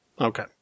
Okay